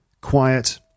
quiet